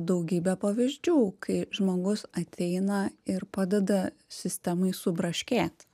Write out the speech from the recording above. daugybę pavyzdžių kai žmogus ateina ir padeda sistemai subraškėt